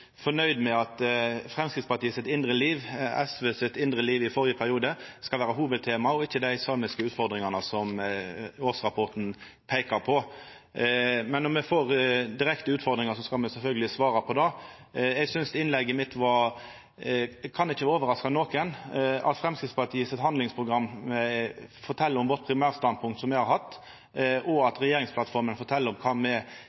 med at Framstegspartiets indre liv og SVs indre liv i førre periode skal vera hovudtemaet – ikkje dei samiske utfordringane som årsrapporten peikar på. Men når me får direkte utfordringar, skal me sjølvsagt svara på dei. Det kan ikkje overraska nokon at Framstegspartiets handlingsprogram fortel kva som har vore vårt primærstandpunkt, og at regjeringsplattforma fortel kva me, som eit kompromiss, har vorte einige med